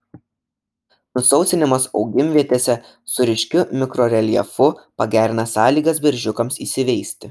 nusausinimas augimvietėse su ryškiu mikroreljefu pagerina sąlygas beržiukams įsiveisti